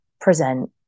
present